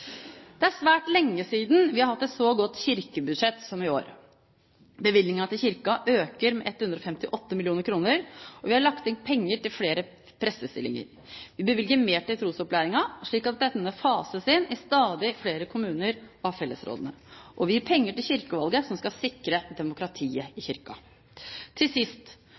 Det er svært lenge siden vi har hatt et så godt kirkebudsjett som i år. Bevilgningene til Kirken øker med 158 mill. kr. Vi har lagt inn penger til flere prestestillinger. Vi bevilger mer til trosopplæringen, slik at denne fases inn av fellesrådene i stadig flere kommuner. Og vi gir penger til kirkevalget, som skal sikre demokratiet i Kirken. Til sist.